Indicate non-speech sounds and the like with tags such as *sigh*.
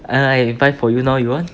*noise* we buy for you now you want